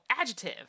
adjective